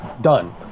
done